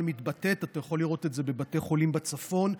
ואתה יכול לראות את זה בבתי חולים בצפון,